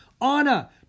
Anna